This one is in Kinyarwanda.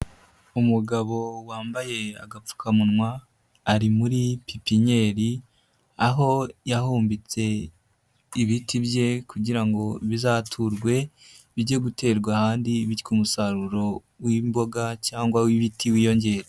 Umugabo wambaye agapfukamunwa, ari muri pipinyeri, aho yahumbitse ibiti bye kugira ngo bizaturwe, bijye guterwa ahandi bityo umusaruro w'imboga cyangwa w'ibiti wiyongera.